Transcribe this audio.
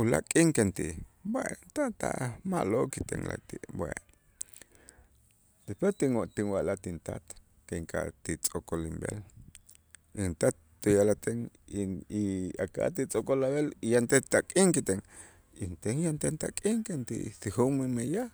ulaak' k'in kenti bueno ma'lo' kiten la'ayti' bueno después tinw tinwa'laj tintat kink'atij tz'o'kol inb'el, intat tuya'lajten y aka'aj ti tz'o'kol ab'el yantej tak'in kiten inten yanten tak'in kenti'ij si jo'meen meyaj.